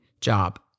job